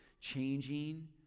changing